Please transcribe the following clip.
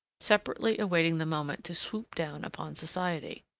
separately awaiting the moment to swoop down upon society.